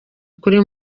kuri